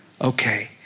Okay